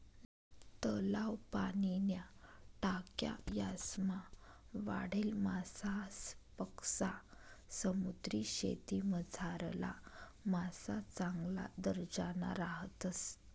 तलाव, पाणीन्या टाक्या यासमा वाढेल मासासपक्सा समुद्रीशेतीमझारला मासा चांगला दर्जाना राहतस